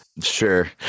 Sure